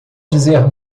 dizer